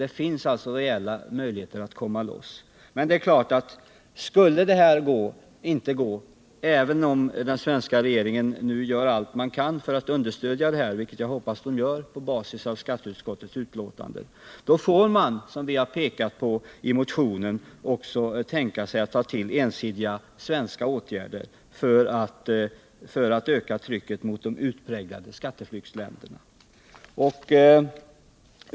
Det finns alltså reella möjligheter att komma loss. Men det är klart att skulle det inte gå, även om den svenska regeringen gör allt den kan, vilket jag hoppas att den gör på basis av skatteutskottets betänkande, får man som vi har pekat på i motionen också tänka sig att ta till ensidigt svenska åtgärder för att öka trycket mot de utpräglade skatteflyktsländerna.